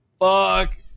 fuck